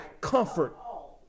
comfort